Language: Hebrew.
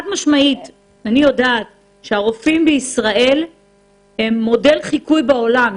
אני יודעת שהרופאים בישראל הם מודל לחיקוי בעולם.